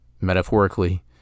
metaphorically